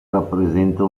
rappresenta